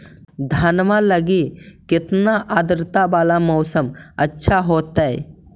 धनमा लगी केतना आद्रता वाला मौसम अच्छा होतई?